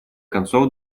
концов